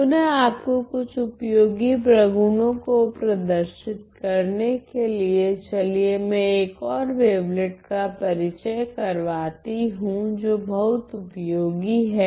पुनः आपको कुछ उपयोगी प्रगुणों को प्रदर्शित करने के लिए चलिए मैं एक ओर वेवलेट का परिचय करवाती हूँ जो बहुत उपयोगी हैं